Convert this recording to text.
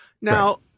Now